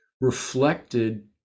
reflected